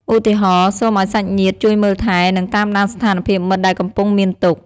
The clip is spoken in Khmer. ឧទាហរណ៍៍ សូមឱ្យសាច់ញាតិជួយមើលថែ និងតាមដានស្ថានភាពមិត្តដែលកំពុងមានទុក្ខ។